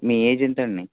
మీ age ఎంతండీ